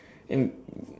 and